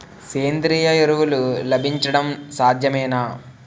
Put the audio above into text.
సేంద్రీయ ఎరువులు లభించడం సాధ్యమేనా?